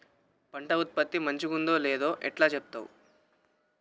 పంట ఉత్పత్తి మంచిగుందో లేదో ఎట్లా చెప్తవ్?